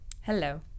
Hello